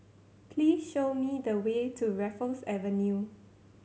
please show me the way to Raffles Avenue